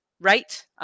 Right